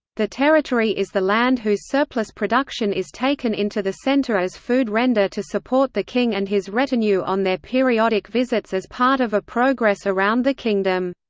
the territory is the land whose surplus production is taken into the centre as food-render to support the king and his retinue on their periodic visits as part of a progress around the kingdom.